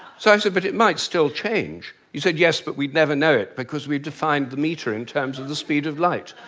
so i said but it might still change. he said yes, but we'd never know it, because we've defined the metre in terms of the speed of light,